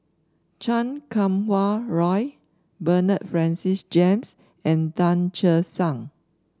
Chan Kum Wah Roy Bernard Francis James and Tan Che Sang